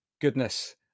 goodness